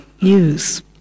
news